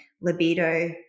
libido